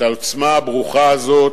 את העוצמה הברוכה הזאת,